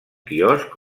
quiosc